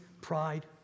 pride